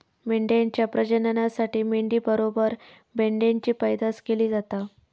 मेंढ्यांच्या प्रजननासाठी मेंढी बरोबर मेंढ्यांची पैदास केली जाता